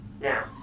Now